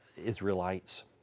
Israelites